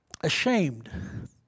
ashamed